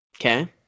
Okay